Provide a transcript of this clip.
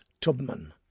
Tubman